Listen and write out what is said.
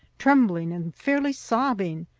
trembling and fairly sobbing.